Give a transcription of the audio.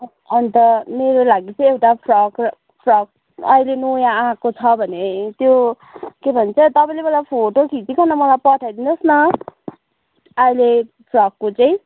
अन्त मेरो लागि चाहिँ एउटा फ्रक र फ्रक अहिले नयाँ आएको छ भने त्यो के भन्छ तपाईँले मलाई फोटो खिचिकन मलाई पठाइदिनुहोस न अहिले फ्रकको चाहिँ